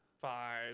five